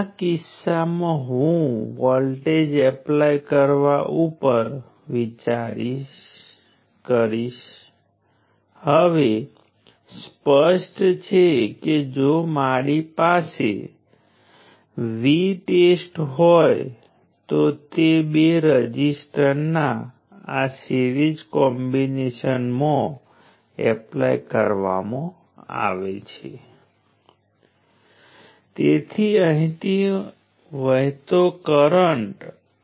તેથી આ ભાગમાંથી કેટલીક બાબતો સ્પષ્ટ થવી જોઈએ સૌ પ્રથમ રઝિસ્ટર હંમેશા પાવર શોષી લે છે પરિણામે તે હંમેશા એનર્જીનું શોષણ કરે છે તે પેસિવ એલિમેન્ટ છે